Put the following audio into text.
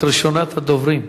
את ראשונת הדוברים.